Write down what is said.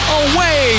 away